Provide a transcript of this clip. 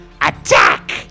ATTACK